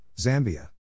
Zambia